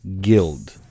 guild